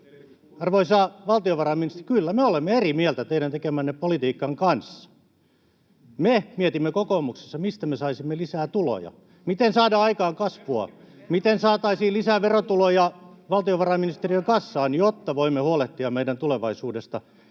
arvoisa valtiovarainministeri, kyllä me olemme eri mieltä teidän tekemänne politiikan kanssa. Me mietimme kokoomuksessa, mistä me saisimme lisää tuloja, miten saada aikaan kasvua [Antti Lindtmanin välihuuto], miten saataisiin lisää verotuloja valtiovarainministeriön kassaan, jotta voimme huolehtia meidän tulevaisuudesta.